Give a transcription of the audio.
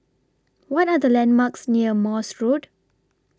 What Are The landmarks near Morse Road